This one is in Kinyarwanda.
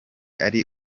ari